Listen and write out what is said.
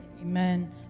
amen